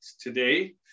today